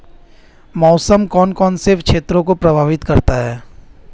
मौसम कौन कौन से क्षेत्रों को प्रभावित करता है?